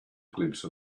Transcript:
glimpse